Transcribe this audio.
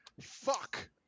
Fuck